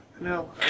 no